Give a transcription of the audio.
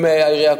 עם העירייה.